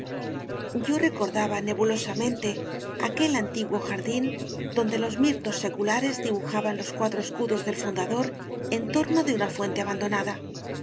yo recordaba nebulosamente aquel anti guo jardín donde los mirtos seculares di bujaban los cuatro escudos del fundador en torno de una fuente abandonada